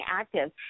active